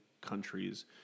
countries